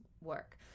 work